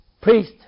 priest